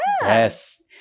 Yes